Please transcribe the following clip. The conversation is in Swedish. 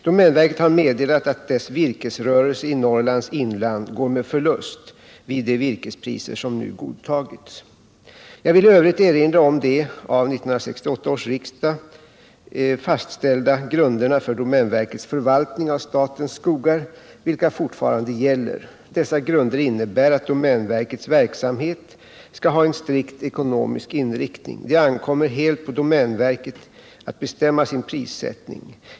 Domänverket har meddelat att dess virkesrörelse i Norrlands inland går med förlust vid de virkespriser som nu godtagits. Jag vill i övrigt erinra om de av 1968 års riksdag fastställda grunderna för domänverkets förvaltning av statens skogar, vilka fortfarande gäller. Dessa grunder innebär att domänverkets verksamhet skall ha en strikt ekonomisk inriktning. Det ankommer helt på domänverket att bestämma sin prissättning.